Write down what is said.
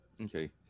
Okay